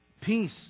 Peace